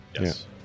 yes